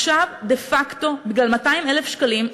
עכשיו דה פקטו בגלל 200,000 שקלים,